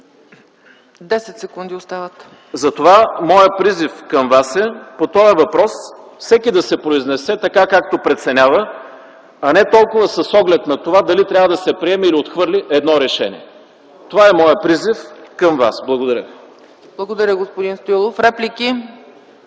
обективни критерии. Затова моят призив към вас е по този въпрос всеки да се произнесе така, както преценява, а не толкова с оглед на това дали трябва да се приеме или отхвърля едно решение. Това е моят призив към вас. Благодаря. ПРЕДСЕДАТЕЛ ЦЕЦКА ЦАЧЕВА: Благодаря, господин Стоилов. Реплики?